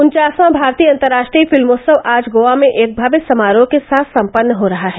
उन्चासवां भारतीय अंतर्राष्ट्रीय फिल्मोत्सव आज गोआ में एक भव्य समारोह के साथ सम्पन्न हा रहा है